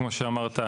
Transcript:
כמו שאמרת,